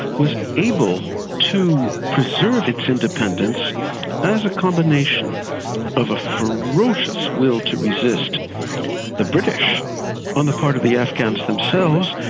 was able to preserve its independence as a combination of a ferocious will to resist the british on the part of the afghans themselves,